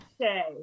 Okay